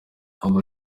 abo